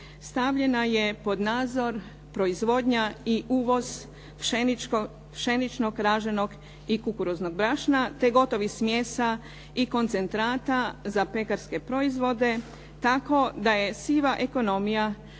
stavljena je pod nadzor proizvodnja i uvoz pšeničnog, raženog i kukuruznog brašna te gotovih smjesa i koncentrata za pekarske proizvode tako da je siva ekonomija